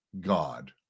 God